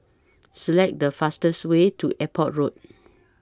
Select The fastest Way to Airport Road